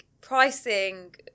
pricing